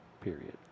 period